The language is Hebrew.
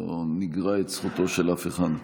נגרע את זכותו של אף אחד.